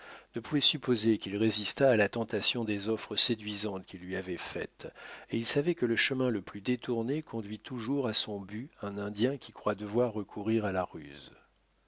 ne pouvait supposer qu'il résistât à la tentation des offres séduisantes qu'il lui avait faites et il savait que le chemin le plus détourné conduit toujours à son but un indien qui croit devoir recourir à la ruse